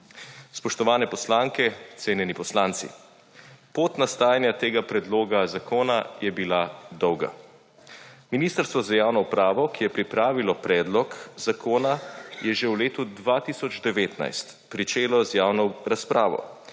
Spoštovane poslanke, cenjeni poslanci, pot nastajanja tega predloga zakona je bila dolga. Ministrstvo za javno upravo, ki je pripravilo predlog zakona, je že v letu 2019 pričelo z javno razpravo,